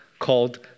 Called